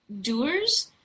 doers